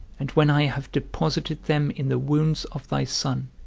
and when i have deposited them in the wounds of thy son,